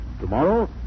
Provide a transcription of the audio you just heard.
Tomorrow